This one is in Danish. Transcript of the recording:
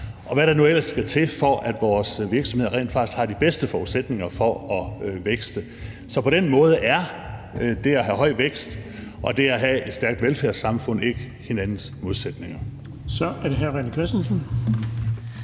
og hvad der nu ellers skal til, for at vores virksomheder rent faktisk har de bedste forudsætninger for at vækste. Så på den måde er det at have høj vækst og det at have et stærkt velfærdssamfund ikke hinandens modsætninger. Kl. 17:02 Den fg.